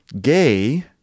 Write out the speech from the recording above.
gay